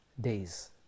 days